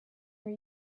were